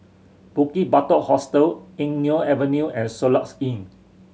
Bukit Batok Hostel Eng Neo Avenue and Soluxe Inn